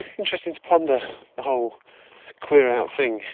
interesting to ponder the whole queer out thing,